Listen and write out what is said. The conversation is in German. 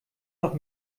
noch